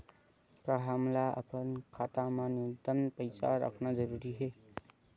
का हमला अपन खाता मा न्यूनतम पईसा रखना जरूरी हे?